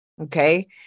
Okay